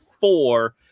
four